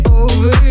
over